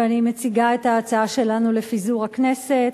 ואני מציגה את ההצעה שלנו לפיזור הכנסת.